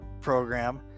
program